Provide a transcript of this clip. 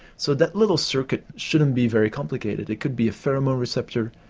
so that little circuit shouldn't be very complicated, it could be a pheromone receptor,